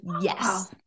yes